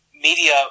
media